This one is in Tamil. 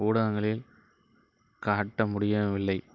ஊடகங்களில் காட்ட முடியவில்லை